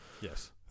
Yes